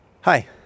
Hi